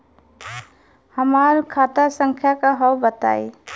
हमार खाता संख्या का हव बताई?